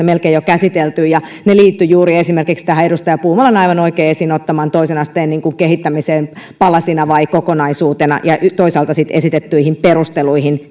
melkein jo käsitelty ja ne liittyivät juuri esimerkiksi tähän edustaja puumalan aivan oikein esiin ottamaan toisen asteen kehittämiseen palasina vai kokonaisuutena ja toisaalta esitettyihin perusteluihin